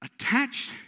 attached